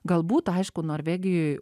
galbūt aišku norvegijoj